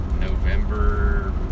November